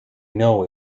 know